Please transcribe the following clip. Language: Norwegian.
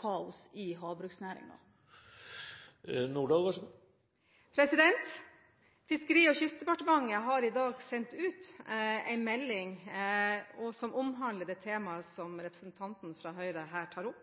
kaos i havbruksnæringen? Fiskeri- og kystdepartementet har i dag sendt ut en pressemelding som omhandler det temaet som representanten fra Høyre her tar opp.